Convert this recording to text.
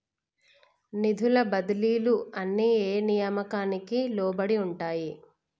నిధుల బదిలీలు అన్ని ఏ నియామకానికి లోబడి ఉంటాయి?